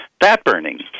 fat-burning